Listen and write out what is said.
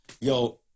yo